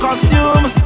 Costume